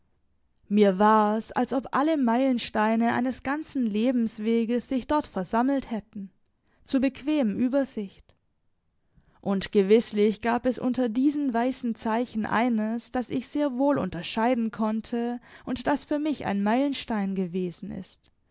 mir war's als ob alle meilensteine eines ganzen lebensweges sich dort versammelt hätten zur bequemen übersicht und gewißlich gab es unter diesen weißen zeichen eines das ich sehr wohl unterscheiden konnte und das für mich ein meilenstein gewesen ist